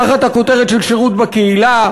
תחת הכותרת של שירות בקהילה.